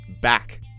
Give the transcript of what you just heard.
back